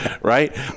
right